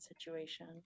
situation